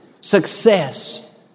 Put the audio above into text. success